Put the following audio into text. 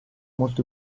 molto